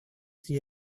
see